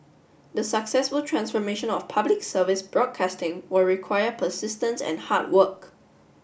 the successful transformation of Public Service broadcasting will require persistence and hard work